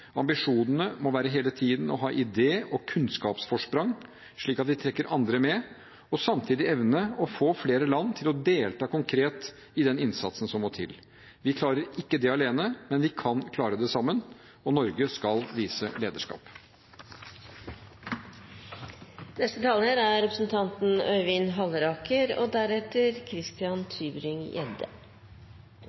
Ambisjonene må hele tiden være å ha idé- og kunnskapsforsprang, slik at vi trekker andre med, og samtidig evne å få flere land til å delta konkret i den innsatsen som må til. Vi klarer ikke det alene, men vi kan klare det sammen, og Norge skal vise